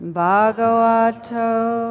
bhagavato